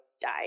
died